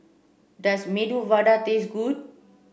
does Medu Vada taste good